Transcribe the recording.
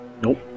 Nope